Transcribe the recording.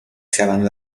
شوند